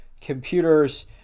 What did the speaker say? computers